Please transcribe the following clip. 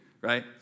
Right